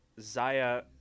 Zaya